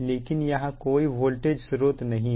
लेकिन यहां कोई वोल्टेज स्रोत नहीं है